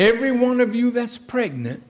every one of you that's pregnant